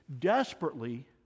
desperately